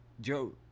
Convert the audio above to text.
Joe